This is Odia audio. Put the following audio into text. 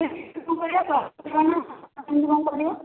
କେମିତି କଣ କରିବା